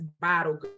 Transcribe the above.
bottle